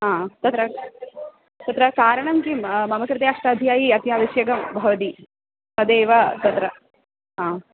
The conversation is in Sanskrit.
हा तत्र तत्र कारणं किं मम कृते अष्टाध्यायी अत्यावश्यकं भवति तदेव तत्र हा